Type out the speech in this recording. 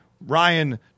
Ryan